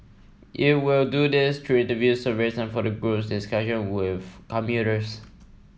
it will do this through interviews surveys and focus group discussions with commuters